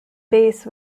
base